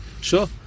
Sure